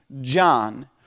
John